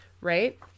right